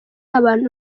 abantu